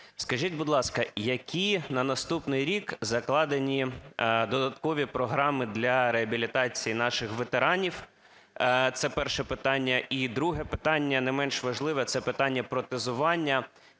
Скажіть, будь ласка, які на наступний рік закладені додаткові програми для реабілітації наших ветеранів? Це перше питання. І друге питання, не менш важливе, це питання протезування.